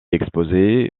exposé